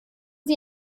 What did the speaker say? sie